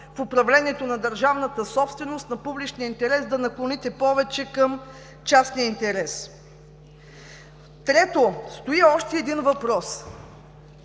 в управлението на частната собственост, на публичния интерес, да наклоните повече към частния интерес. Трето, стои още един въпрос: